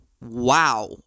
wow